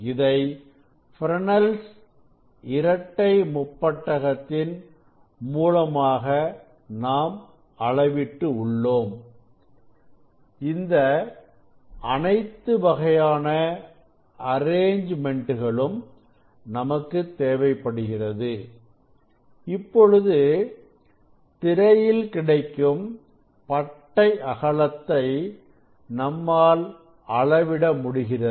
இதை Fresnel's இரட்டை முப்பட்டகத்தின் மூலமாக நாம் அளவிட்டு உள்ளோம் இந்த அனைத்து வகையான அரேஞ்ச்மெண்ட் களும் நமக்கு தேவைப்படுகிறது இப்பொழுது திரையில் கிடைக்கும் பட்டை அகலத்தை நம்மால் அளவிட முடிகிறது